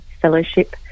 fellowship